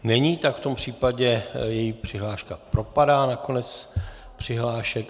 Není, tak v tom případě její přihláška propadá na konec přihlášek.